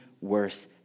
worse